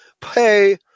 pay